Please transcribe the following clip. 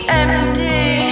empty